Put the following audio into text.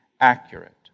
accurate